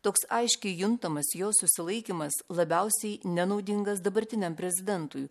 toks aiškiai juntamas jos susilaikymas labiausiai nenaudingas dabartiniam prezidentui